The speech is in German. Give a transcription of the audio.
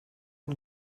und